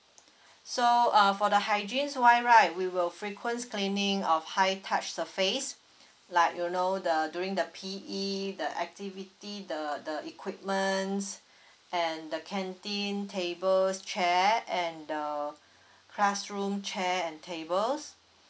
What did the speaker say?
so uh for the hygiene wise right we will frequents cleaning of high touch surface like you know the during the P E the activity the the equipment and the canteen tables chair and the classroom chair and tables